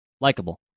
likable